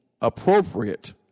appropriate